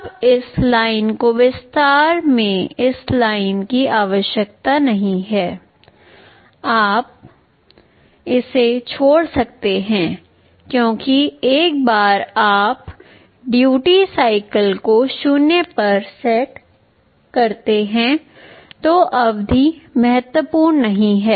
अब इस लाइन को वास्तव में इस लाइन की आवश्यकता नहीं है आप इसे छोड़ सकते हैं क्योंकि एक बार जब आप ड्यूटी चक्र को 0 पर सेट करते हैं तो अवधि महत्वपूर्ण नहीं है